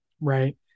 right